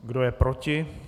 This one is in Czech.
Kdo je proti?